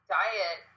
diet